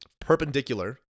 perpendicular